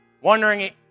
wondering